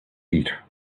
eat